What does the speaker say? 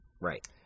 Right